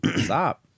Stop